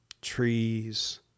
Trees